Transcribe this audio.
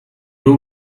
był